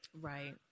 Right